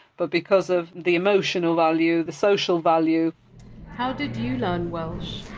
but because of the emotional value, the social value how did you learn welsh?